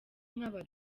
nk’aba